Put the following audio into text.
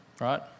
Right